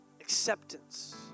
acceptance